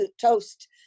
toast